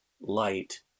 light